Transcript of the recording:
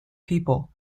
people